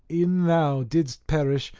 e'en thou didst perish,